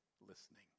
listening